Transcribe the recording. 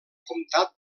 comtat